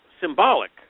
symbolic